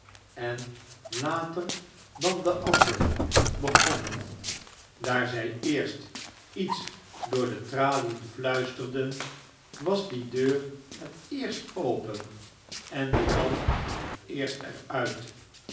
en later dan de anderen iio barnaby rudge begonnen daar zij eerst iets door de tralien fluisterden was die deur het eerst open en die man het eerst er